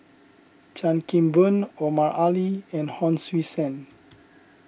Chan Kim Boon Omar Ali and Hon Sui Sen